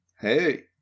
Hey